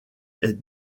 est